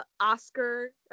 oscar